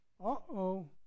Uh-oh